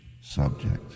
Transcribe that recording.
subject